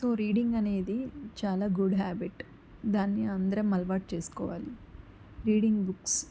so reading అనేది చాలా good habit దాన్ని అందరం అలవాటు చేసుకోవాలి రీడింగ్ బుక్స్